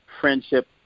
friendship